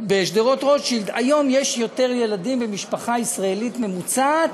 שהייתה בשדרות-רוטשילד: היום יש יותר ילדים במשפחה ישראלית ממוצעת,